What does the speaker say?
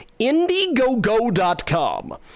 Indiegogo.com